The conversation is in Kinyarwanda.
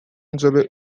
inzobe